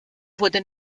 wurde